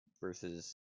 versus